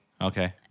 Okay